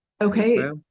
Okay